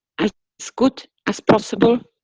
as good as possible,